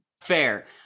Fair